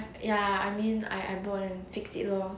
ya I mean I I go and fix it lor